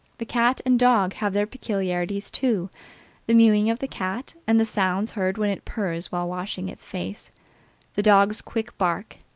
the cat and dog have their peculiarities, too the mewing of the cat, and the sounds heard when it purrs while washing its face the dog's quick bark,